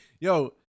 Yo